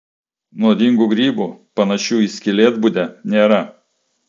nuodingų grybų panašių į skylėtbudę nėra